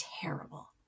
terrible